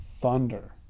thunder